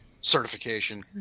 certification